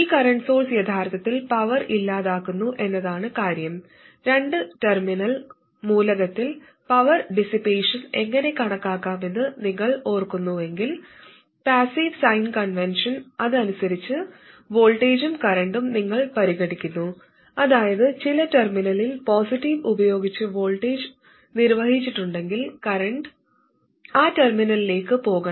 ഈ current source യഥാർത്ഥത്തിൽ power ഇല്ലാതാക്കുന്നു എന്നതാണ് കാര്യം രണ്ട് ടെർമിനൽ മൂലകത്തിൽ പവർ ഡിസിപ്പേഷൻ എങ്ങനെ കണക്കാക്കാമെന്ന് നിങ്ങൾ ഓർക്കുന്നുവെങ്കിൽ പാസ്സീവ് സൈൻ കൺവെൻഷൻ അനുസരിച്ച് വോൾട്ടേജും കറന്റും നിങ്ങൾ പരിഗണിക്കുന്നു അതായത് ചില ടെർമിനലിൽ പോസിറ്റീവ് ഉപയോഗിച്ച് വോൾട്ടേജ് നിർവചിച്ചിട്ടുണ്ടെങ്കിൽ കറന്റ് ആ ടെർമിനലിലേക്ക് പോകണം